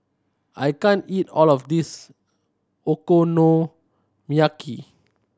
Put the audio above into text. I can't eat all of this Okonomiyaki